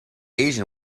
asian